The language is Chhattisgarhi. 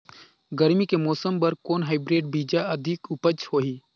गरमी के मौसम बर कौन हाईब्रिड बीजा अधिक उपज होही?